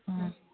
ꯑꯥ